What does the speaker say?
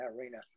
arena